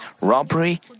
robbery